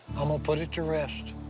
i'm gonna put it to rest.